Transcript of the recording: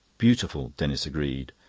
beautiful, denis agreed.